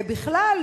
ובכלל,